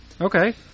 Okay